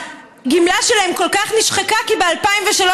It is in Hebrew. שהגמלה שלהם כל כך נשחקה כי ב-2003